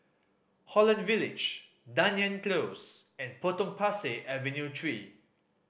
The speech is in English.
Holland Village Dunearn Close and Potong Pasir Avenue Three